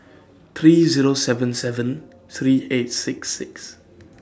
three Zero seven seven three eight six six